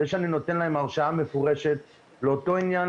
זה שאני נותן להם הרשאה מפורשת לאותו עניין,